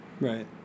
Right